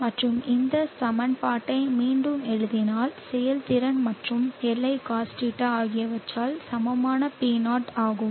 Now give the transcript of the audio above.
எனவே இந்த சமன்பாட்டை மீண்டும் எழுதினால் செயல்திறன் மற்றும் Li cos θ ஆகியவற்றால் சமமான P0 ஆகும்